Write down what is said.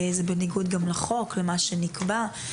זה בניגוד גם לחוק, למה שנקבע.